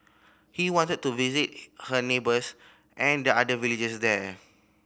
he wanted to visit her neighbours and the other villagers there